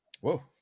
Whoa